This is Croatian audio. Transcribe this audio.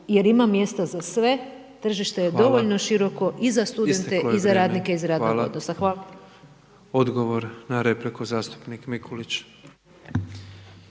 jer ima mjesta za sve, tržište je dovoljno široko i za studente i za radnike iz radnog odnosa. Hvala. **Petrov, Božo (MOST)**